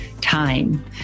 time